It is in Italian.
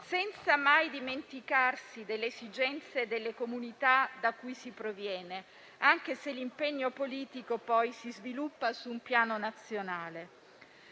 senza mai dimenticarsi delle esigenze delle comunità da cui si proviene, anche se l'impegno politico poi si sviluppa su un piano nazionale.